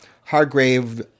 Hargrave